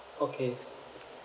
okay